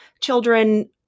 children